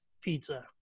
pizza